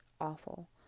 awful